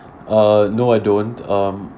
uh no I don't um